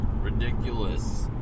Ridiculous